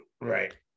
Right